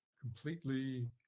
completely